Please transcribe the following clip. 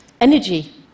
energy